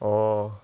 oh